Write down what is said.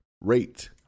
rate